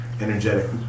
energetic